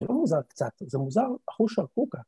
זה לא מוזר קצת, זה מוזר אחוש-שרקוקה